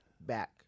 back